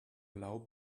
allow